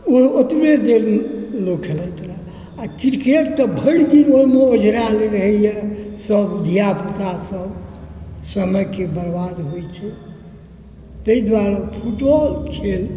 ओ ओतबे देर लोक खेलाइत रहै आ क्रिकेट तऽ भरि दिन ओहिमे ओझरायल रहैए सब धिआ पुता सब समयके बर्बाद होइ छै ताहि दुआरे फुटबॉल खेल